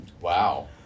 Wow